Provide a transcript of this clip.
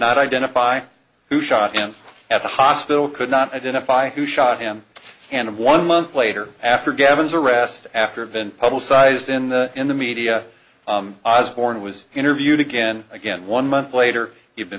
not identify who shot him at the hospital could not identify who shot him and one month later after gavin's arrest after been publicized in the in the media was born was interviewed again again one month later he'd been